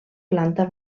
planta